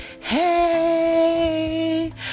hey